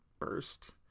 first